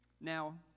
Now